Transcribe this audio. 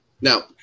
Now